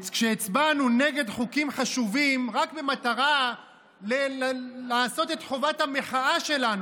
כשהצבענו נגד חוקים חשובים רק במטרה לעשות את חובת המחאה שלנו,